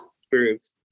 experience